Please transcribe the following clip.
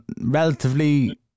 relatively